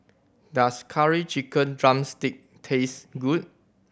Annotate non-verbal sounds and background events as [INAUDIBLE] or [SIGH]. does Curry Chicken drumstick [UNINTELLIGIBLE] taste good